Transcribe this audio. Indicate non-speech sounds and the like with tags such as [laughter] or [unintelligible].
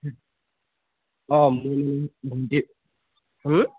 [unintelligible]